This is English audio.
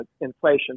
inflation